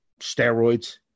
steroids